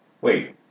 Wait